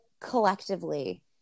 collectively